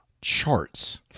charts